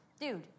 Dude